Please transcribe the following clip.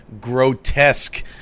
Grotesque